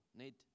need